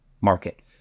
market